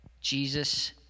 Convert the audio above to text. Jesus